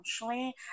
emotionally